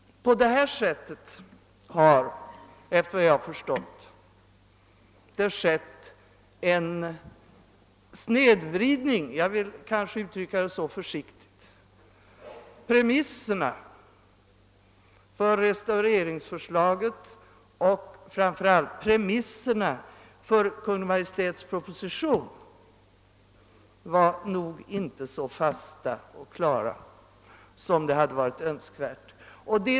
På detta sätt har det efter vad jag förstår blivit en snedvridning — jag vill försiktigt uttrycka det så. Premisserna för restaureringsförslaget och framför allt premisserna för Kungl. Maj:ts proposition var nog inte så fasta och klara som hade varit önskvärt.